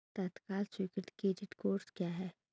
तत्काल स्वीकृति credit cards क्या हैं?